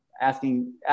asking